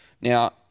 now